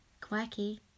quirky